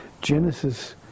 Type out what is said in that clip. Genesis